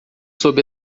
sob